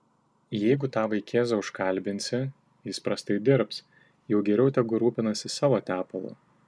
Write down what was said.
jeigu tą vaikėzą užkalbinsi jis prastai dirbs jau geriau tegu rūpinasi savo tepalu